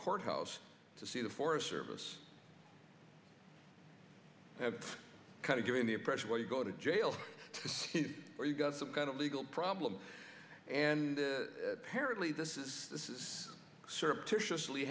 courthouse to see the forest service have kind of giving the impression well you go to jail or you've got some kind of legal problem and apparently this is this is surreptitiously